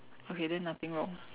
okay then nothing lor